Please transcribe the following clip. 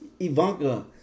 Ivanka